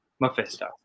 Mephisto